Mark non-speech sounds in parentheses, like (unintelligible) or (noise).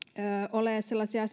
ole sellaisia (unintelligible)